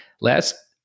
last